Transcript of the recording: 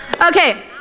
Okay